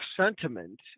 sentiment